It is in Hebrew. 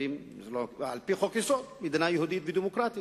על-פי חוק-יסוד, מדינה יהודית ודמוקרטית.